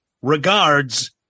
Regards